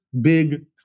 big